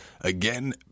again